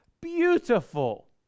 beautiful